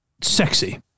sexy